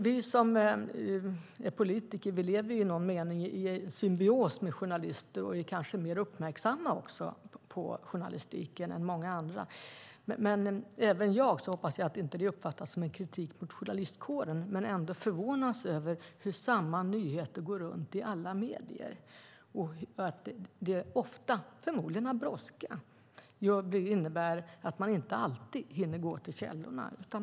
Vi som är politiker lever i någon mening i symbios med journalister och är kanske mer uppmärksamma på journalistiken än många andra. Jag hoppas att det här inte uppfattas som någon kritik mot journalistkåren, men jag förvånas över hur samma nyheter går runt i alla medier och att det ofta, förmodligen av brådska, innebär att man inte hinner gå till källorna.